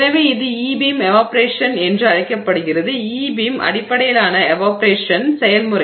எனவே இது E beam evaporation என்று அழைக்கப்படுகிறது ஈ பீம் அடிப்படையிலான எவாப்பொரேஷன் செயல்முறை